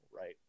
Right